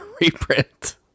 reprint